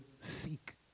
seek